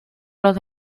los